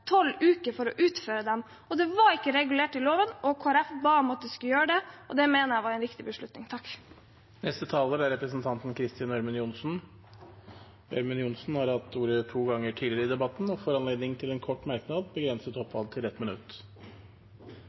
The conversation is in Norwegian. uker for å utføre dem. Det var ikke regulert i loven. Kristelig Folkeparti ba om at vi skulle gjøre det, og det mener jeg var en riktig beslutning. Representanten Kristin Ørmen Johnsen har hatt ordet to ganger tidligere og får ordet til en kort merknad, begrenset til 1 minutt.